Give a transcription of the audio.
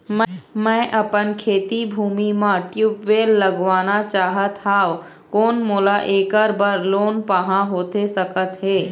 मैं अपन खेती भूमि म ट्यूबवेल लगवाना चाहत हाव, कोन मोला ऐकर बर लोन पाहां होथे सकत हे?